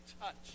touch